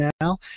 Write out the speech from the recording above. now